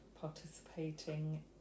participating